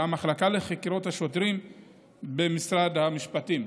למחלקה לחקירות שוטרים במשרד המשפטים,